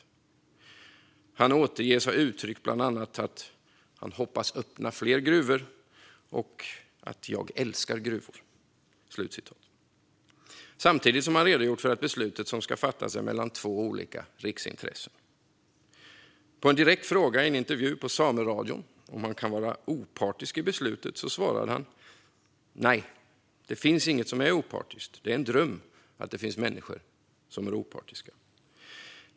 Han uppges ha uttryckt att han "hoppas öppna fler gruvor" och att han "älskar gruvor". Samtidigt har han redogjort för att beslutet som ska fattas är mellan två riksintressen. På en direkt fråga i en intervju i Sameradion om han kunde vara opartisk i beslutet svarade han: "Nej, det finns inget som är opartiskt, det är en dröm att det finns människor som är opartiska."